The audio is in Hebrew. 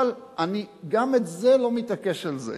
אבל אני גם לא מתעקש על זה.